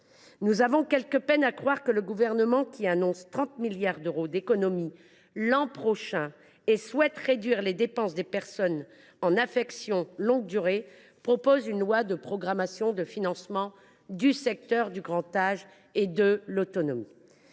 Nous avons quelque peine à croire que le Gouvernement, qui annonce 30 milliards d’euros d’économies l’an prochain et qui souhaite réduire les dépenses des personnes en affection de longue durée, propose une loi de programmation de financement du secteur du grand âge et de l’autonomie…